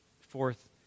Fourth